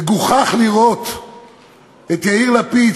מגוחך לראות את יאיר לפיד,